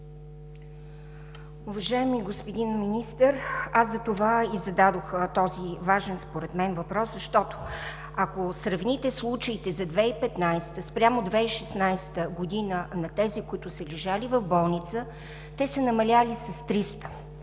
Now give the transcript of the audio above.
Уважаеми господин Министър, аз затова и зададох този важен според мен въпрос, защото ако сравните случаите за 2015 спрямо 2016 г. на тези, които са лежали в болница, те са намалели с 300,